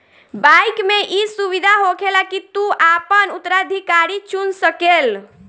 bike मे ई सुविधा होखेला की तू आपन उत्तराधिकारी चुन सकेल